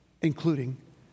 including